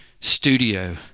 studio